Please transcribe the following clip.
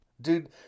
Dude